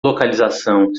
localização